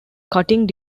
cutting